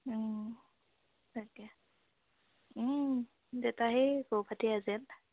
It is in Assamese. তাকে দেউতা সেই গৰু